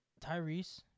Tyrese